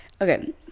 Okay